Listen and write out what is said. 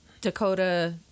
Dakota